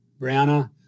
Brianna